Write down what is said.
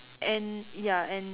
and ya and